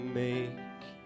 make